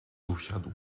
usiadł